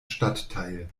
stadtteil